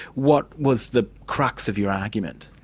what was the crux of your argument?